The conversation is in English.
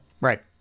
right